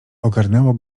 ogarnęło